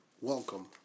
welcome